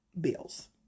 Bills